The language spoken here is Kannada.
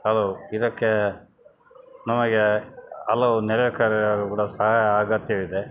ಅದು ಇದಕ್ಕೆ ನಮಗೆ ಹಲವು ನೆರೆಕರೆಯವರು ಕೂಡ ಸಹಾಯ ಅಗತ್ಯವಿದೆ